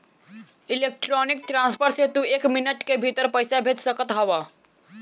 electronic transfer से तू एक मिनट के भीतर पईसा भेज सकत हवअ